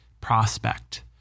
prospect